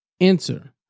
Answer